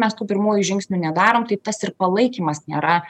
mes tų pirmųjų žingsnių nedarom tai tas ir palaikymas nėra